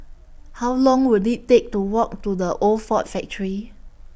How Long Will IT Take to Walk to The Old Ford Factory